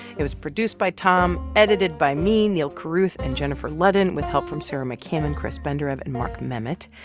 it was produced by tom, edited by me, neal carruth and jennifer ludden with help from sarah mccammon, chris benderev and mark memmott.